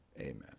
amen